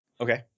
Okay